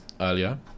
earlier